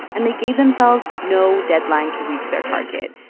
and they gave themselves no deadline to reach their target.